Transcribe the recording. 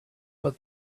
but